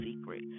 secret